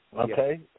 Okay